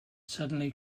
suddenly